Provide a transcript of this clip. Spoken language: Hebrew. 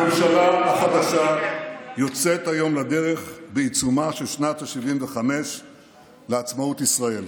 הממשלה החדשה יוצאת היום לדרך בעיצומה של שנת ה-75 לעצמאות ישראל.